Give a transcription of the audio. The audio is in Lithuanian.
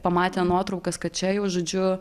pamatė nuotraukas kad čia jau žodžiu